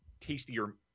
tastier